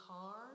car